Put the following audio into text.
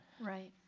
Right